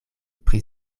pri